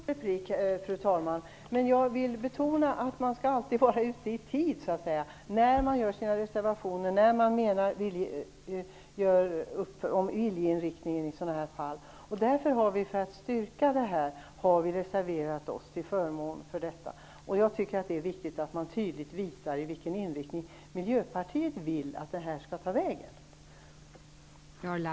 Fru talman! Min replik är mycket kort. Jag vill betona att man alltid skall vara ute i tid när man gör sina reservationer och när man uttalar en viljeinriktning. För att styrka detta har vi reserverat oss. Jag tycker att det är viktigt att Miljöpartiet tydligt visar vilken inriktning man vill att detta skall ha.